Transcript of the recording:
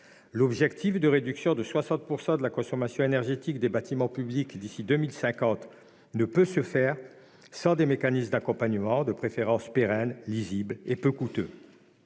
L'objectif de réduction de 60 % de la consommation énergétique des bâtiments publics d'ici à 2050 ne peut être atteint sans des mécanismes d'accompagnement, de préférence pérennes, lisibles et peu coûteux.